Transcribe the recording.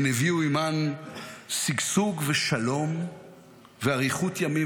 הן הביאו עימן שגשוג ושלום ואריכות ימים